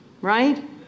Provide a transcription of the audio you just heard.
right